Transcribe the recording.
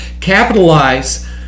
capitalize